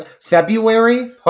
February